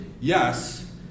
yes